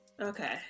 Okay